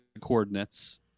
coordinates